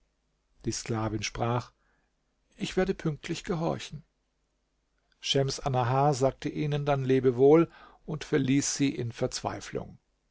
die sklavin sprach ich werde pünktlich gehorchen schems annahar sagte ihnen dann lebewohl und verließ sie in verzweiflung